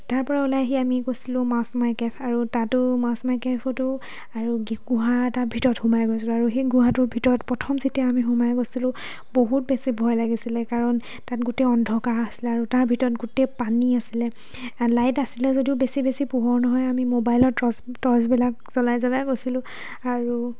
তাৰপৰা আমি ওলাই আহি গৈছিলোঁ মাৰ্চমাই কেভ আৰু তাতো মাৰ্চমাই কেভতো আৰু গুহা এটাৰ ভিতৰত সোমাই গৈছিলোঁ আৰু সেই গুহাটোৰ ভিতৰত প্ৰথম যেতিয়া আমি সোমাই গৈছিলোঁ বহুত বেছি ভয় লাগিছিলে কাৰণ তাত গোটেই অন্ধকাৰ আছিলে আৰু তাৰ ভিতৰত গোটেই পানী আছিলে লাইট আছিলে যদিও বেছি বেছি পোহৰ নহয় আমি মবাইলৰ টৰ্চ টৰ্চবিলাক জ্বলাই জ্বলাই গৈছিলোঁ আৰু